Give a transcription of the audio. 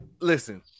listen